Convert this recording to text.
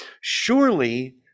Surely